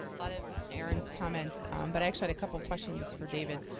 lot of erin's comments but i had a couple of questions for david.